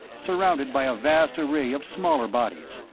surrounded by a vast array of smaller bodies,